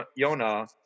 Yona